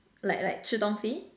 like like 吃东西